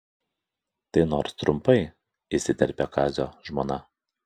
tai nors trumpai įsiterpė kazio žmona